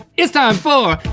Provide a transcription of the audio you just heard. it's time for